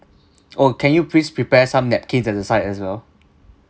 oh can you please prepare some napkins at the side as well